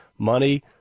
money